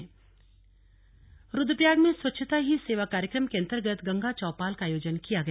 गंगा चौपाल रुद्वप्रयाग में स्वच्छता ही सेवा कार्यक्रम के अन्तर्गत गंगा चौपाल का आयोजन किया गया